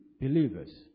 believers